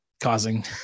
causing